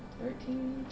thirteen